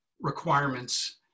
requirements